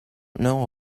know